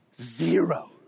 zero